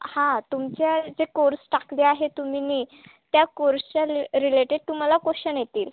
हा तुमच्या जे कोर्स टाकले आहे तुम्ही नी त्या कोर्सच्या रिलेटेड तुम्हाला क्वश्चन येतील